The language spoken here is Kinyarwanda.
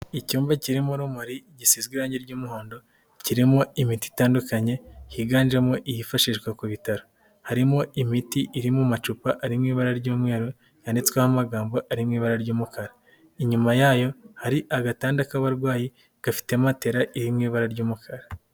Icyumba kirimo urumuri gisiga irangi ry'umuhondo kirimo imiti itandukanye higanjemo hifashishwa ku bitaro, harimo imiti irimo amacupa arimo ibara ry'umweru yanitswehomo arimo ibara ry'umukara, inyuma yayo hari agatanda k'abarwayi gafite matela iri mu ibara ry'umukara.